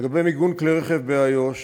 לגבי מיגון כלי רכב באיו"ש,